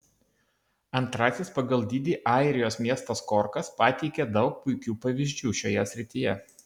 antrasis pagal dydį airijos miestas korkas pateikia daug puikių pavyzdžių šioje srityje